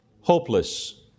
hopeless